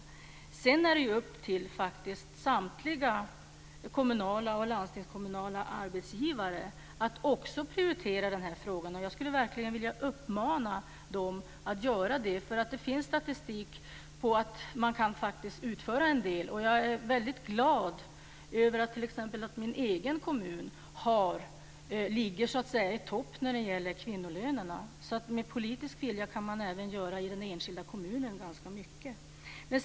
Sedan är det upp till samtliga kommunala och landstingskommunala arbetsgivare att prioritera de här frågorna. Jag skulle verkligen vilja uppmana dem att göra det. Det finns statistik som visar att man kan utföra en del. Jag är väldigt glad över att t.ex. min egen kommun ligger i topp när det gäller kvinnolönerna. Med politisk vilja kan man även göra ganska mycket i den enskilda kommunen.